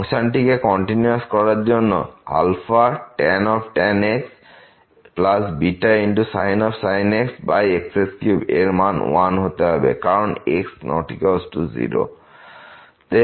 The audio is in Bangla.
ফাংশনটিকে কন্টিনিউয়াস করার জন্য tan x βsin x x3 এর মান 1 হতে হবে কারণ x≠0 তে ফাংশনটির মান 1